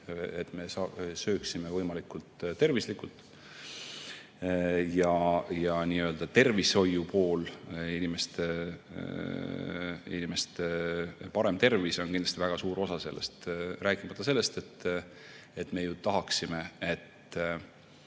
et me sööksime võimalikult tervislikult. Tervishoiupool, inimeste parem tervis on kindlasti väga suur osa sellest. Rääkimata sellest, et me tahaksime, et